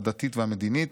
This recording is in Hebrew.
הדתית והמדינית.